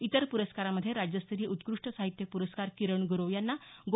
इतर प्रस्कारांमध्ये राज्यस्तरीय उत्कृष्ट साहित्य पुरस्कार किरण गुरव यांना गो